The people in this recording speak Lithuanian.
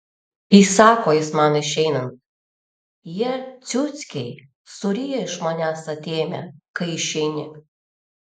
įsako jis man išeinant jie ciuckiai suryja iš manęs atėmę kai išeini